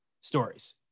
stories